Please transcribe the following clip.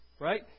right